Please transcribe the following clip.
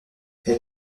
elle